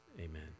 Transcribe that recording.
amen